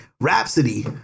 Rhapsody